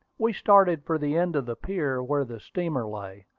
we started for the end of the pier where the steamer lay,